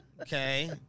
okay